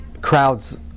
Crowds